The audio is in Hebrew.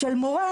של מורה,